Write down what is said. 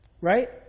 right